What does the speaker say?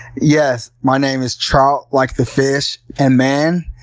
yes, my name is trout like the fish, and man.